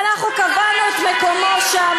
ואנחנו קבענו מקומו שם.